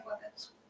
weapons